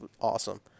awesome